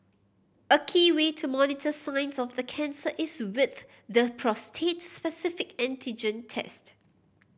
a key way to monitor signs of the cancer is with the prostate specific antigen test